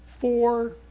Four